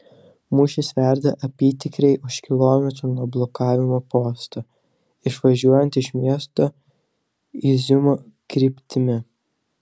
mūšis verda apytikriai už kilometro nuo blokavimo posto išvažiuojant iš miesto iziumo kryptimi